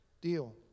deal